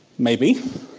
maybe.